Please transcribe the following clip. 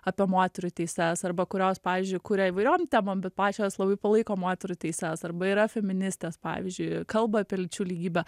apie moterų teises arba kurios pavyzdžiui kuria įvairiom temom bet pačios labai palaiko moterų teises arba yra feministės pavyzdžiui kalba apie lyčių lygybę